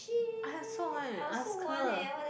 I also want to ask her